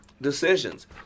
decisions